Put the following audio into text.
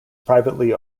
privately